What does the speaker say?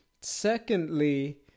Secondly